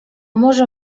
może